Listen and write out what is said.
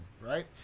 right